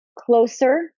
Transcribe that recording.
closer